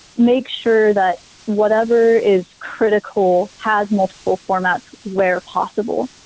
make sure that whatever is critical has multiple formats where possible.